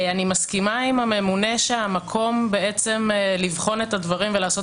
אני מסכימה עם הממונה שהמקום לבחון את הדברים ולעשות